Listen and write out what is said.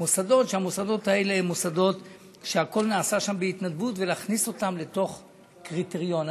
מוסדות שהם מוסדות שהכול נעשה שם בהתנדבות ולהכניס אותם לתוך קריטריון.